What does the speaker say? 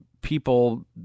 people